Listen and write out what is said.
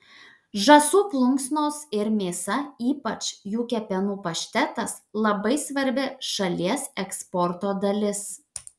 žąsų plunksnos ir mėsa ypač jų kepenų paštetas labai svarbi šalies eksporto dalis